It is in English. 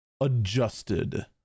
adjusted